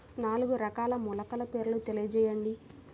నాలుగు రకాల మొలకల పేర్లు తెలియజేయండి?